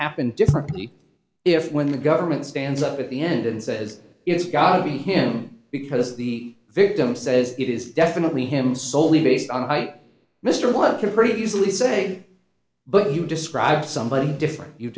happened differently if when the government stands up at the end and says it's got to be him because the victim says it is definitely him soley based on height mr blunt could pretty easily say but you describe somebody different you